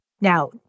Now